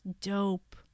dope